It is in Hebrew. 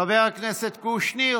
חבר הכנסת קושניר